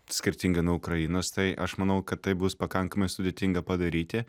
skirtingai nuo ukrainos tai aš manau kad tai bus pakankamai sudėtinga padaryti